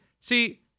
see